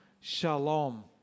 shalom